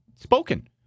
spoken